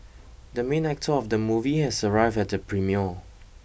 the main actor of the movie has arrived at the premiere